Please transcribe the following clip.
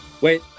Wait